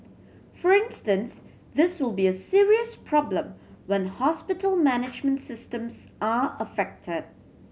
for instance this will be a serious problem when hospital management systems are affected